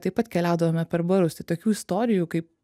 taip pat keliaudavome per barus tai tokių istorijų kaip